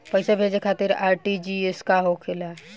पैसा भेजे खातिर आर.टी.जी.एस का होखेला?